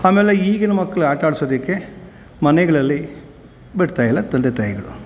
ಆಮೇಲೆ ಈಗಿನ ಮಕ್ಳನ್ನ ಆಟ ಆಡಿಸೋದಕ್ಕೆ ಮನೆಗಳಲ್ಲಿ ಬಿಡ್ತಾಯಿಲ್ಲ ತಂದೆ ತಾಯಿಗಳು